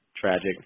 tragic